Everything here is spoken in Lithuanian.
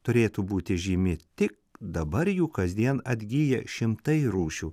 turėtų būti žymi tik dabar jų kasdien atgyja šimtai rūšių